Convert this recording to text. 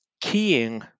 keying